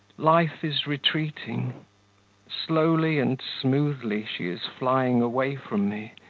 life is retreating slowly and smoothly she is flying away from me,